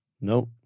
No